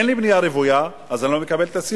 אין לי בנייה רוויה, אז אני לא מקבל את הסיוע.